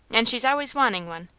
and she's always wanting one.